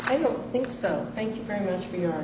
i don't think so thank you very much f